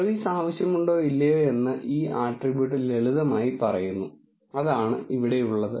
service ആവശ്യമുണ്ടോ ഇല്ലയോ എന്ന് ഈ ആട്രിബ്യൂട്ട് ലളിതമായി പറയുന്നു അതാണ് ഇവിടെയുള്ളത്